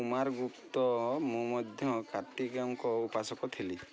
କୁମାରଗୁପ୍ତ ମୁଁ ମଧ୍ୟ କାର୍ତ୍ତିକେୟଙ୍କ ଉପାସକ ଥିଲି